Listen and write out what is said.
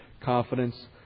confidence